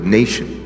nation